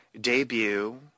debut